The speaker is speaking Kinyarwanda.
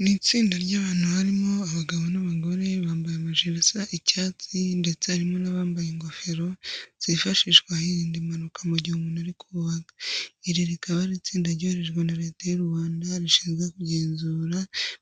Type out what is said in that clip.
Ni itsinda ry'abantu harimo abagabo n'abagore, bambaye amajire asa icyatsi ndetse harimo n'abambaye ingofero zifashishwa hirindwa impanuka mu gihe umuntu ari kubaka. Iri rikaba ari itsinda ryoherejwe na Leta y'u Rwanda rishinzwe kugenzura